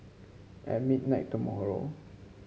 at midnight tomorrow